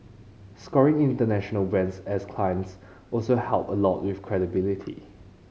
scoring international brands as clients also help a lot with credibility